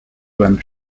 when